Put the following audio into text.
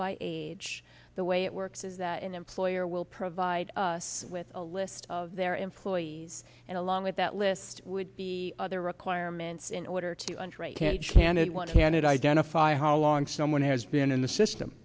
by age the way it works is that an employer will provide us with a list of their employees and along with that list would be other requirements in order to underwrite can scan it one handed identify how long someone has been in the system